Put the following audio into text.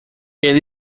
ele